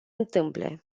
întâmple